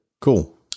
cool